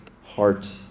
heart